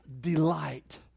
delight